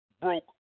broke